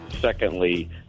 Secondly